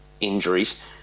injuries